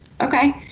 Okay